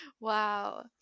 Wow